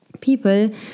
people